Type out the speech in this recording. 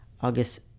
August